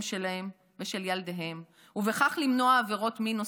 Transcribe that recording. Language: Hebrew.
שלהם ושל ילדיהם ובכך למנוע עבירות מין נוספות.